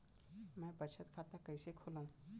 मै बचत खाता कईसे खोलव?